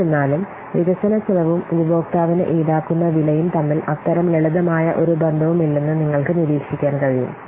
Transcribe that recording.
എന്നിരുന്നാലും വികസന ചെലവും ഉപഭോക്താവിന് ഈടാക്കുന്ന വിലയും തമ്മിൽ അത്തരം ലളിതമായ ഒരു ബന്ധവുമില്ലെന്ന് നിങ്ങൾക്ക് നിരീക്ഷിക്കാൻ കഴിയും